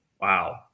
wow